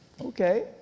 Okay